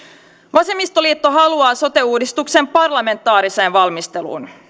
vasemmistoliitto haluaa sote uudistuksen parlamentaariseen valmisteluun